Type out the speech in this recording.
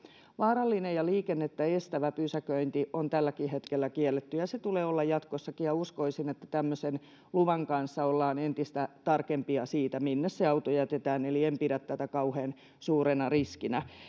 vaarallinen ja liikennettä estävä pysäköinti on tälläkin hetkellä kielletty ja ja sen tulee olla sitä jatkossakin uskoisin että tämmöisen luvan kanssa ollaan entistä tarkempia siitä minne se auto jätetään eli en pidä tätä kauhean suurena riskinä